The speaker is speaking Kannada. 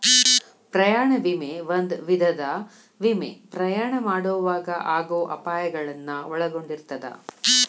ಪ್ರಯಾಣ ವಿಮೆ ಒಂದ ವಿಧದ ವಿಮೆ ಪ್ರಯಾಣ ಮಾಡೊವಾಗ ಆಗೋ ಅಪಾಯಗಳನ್ನ ಒಳಗೊಂಡಿರ್ತದ